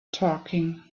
talking